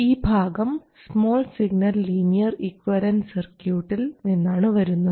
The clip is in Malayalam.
ഈ ഭാഗം സ്മാൾ സിഗ്നൽ ലീനിയർ ഇക്വിവാലൻറ് സർക്യൂട്ടിൽ നിന്നാണ് വരുന്നത്